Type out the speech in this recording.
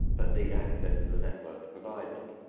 but need access to the network to provide them.